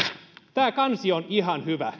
tämä kansi on ihan hyvä